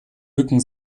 mücken